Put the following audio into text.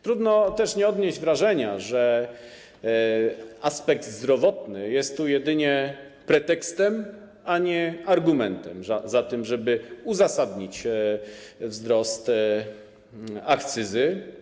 Trudno też nie odnieść wrażenia, że aspekt zdrowotny jest tu jedynie pretekstem, a nie argumentem za tym, żeby uzasadnić wzrost akcyzy.